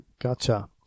Gotcha